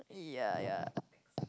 yea yea